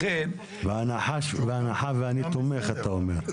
בהנחה ואני תומך אתה אומר,